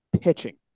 pitching